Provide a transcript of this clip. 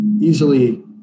easily